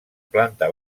planta